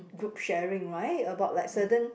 group sharing right about like certain